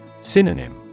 Synonym